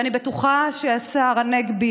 אני בטוחה שהשר הנגבי,